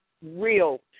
real